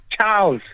Charles